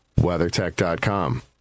WeatherTech.com